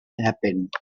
happened